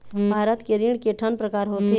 भारत के ऋण के ठन प्रकार होथे?